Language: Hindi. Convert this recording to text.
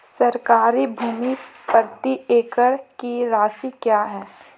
सरकारी भूमि प्रति एकड़ की राशि क्या है?